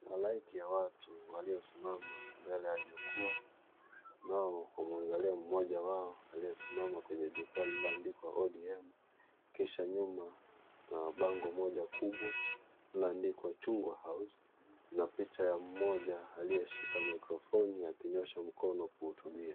Halaiki ya watu waliosimama mbele ya jukua wanaomwangalia mmoja wao aliyesimama kwenye jukua lililoandikwa "ODM" kisha nyuma kuna bango moja kubwa lilioandikwa " Chungwa House" na picha ya mmoja aliyeshika mikrofoni akinyoosha mkono akihutubia.